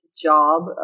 job